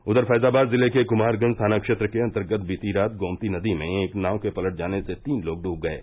उधर फैजाबाद जिले के कुमारगंज थाना क्षेत्र के अन्तर्गत बीती रात गोमती नदी में एक नाव के पलट जाने से तीन लोग डूब गये